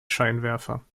scheinwerfer